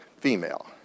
female